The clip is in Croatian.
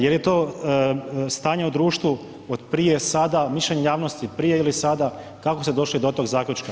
Je li to stanje u društvu od prije, sada, mišljenje javnosti od prije ili sada, kako ste došli do tog zaključka?